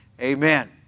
Amen